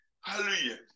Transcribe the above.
hallelujah